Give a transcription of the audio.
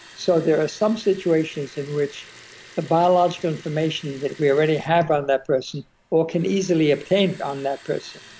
so there are some situations in which the biologic information that we already have on that person or can easily obtained on that person,